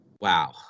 Wow